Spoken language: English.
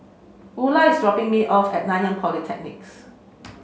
Ula is dropping me off at Nanyang Polytechnic